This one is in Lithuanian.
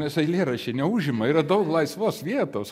nes eilėraščiai neužima yra daug laisvos vietos